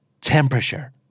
temperature